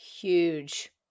Huge